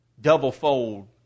double-fold